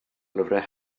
lyfrau